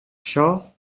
شاه